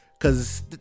Cause